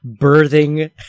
birthing